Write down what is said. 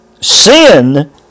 sin